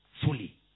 fully